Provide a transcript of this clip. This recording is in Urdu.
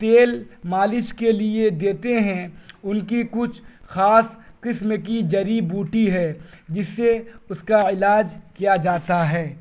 تیل مالش کے لیے دیتے ہیں ان کی کچھ خاص قسم کی جڑی بوٹی ہے جس سے اس کا علاج کیا جاتا ہے